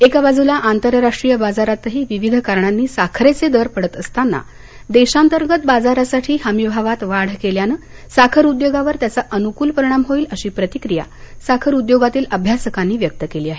एका बाजूला आंतरराष्ट्रीय बाजारातही विविध कारणांनी साखरेचे दर पडत असताना देशांतर्गत बाजारासाठी हमी भावात वाढ केल्यानं साखर उद्योगावर त्याचा अनुकूल परिणाम होईल अशी प्रतिक्रिया साखर उद्योगातील अभ्यासकांनी व्यक्त केली आहे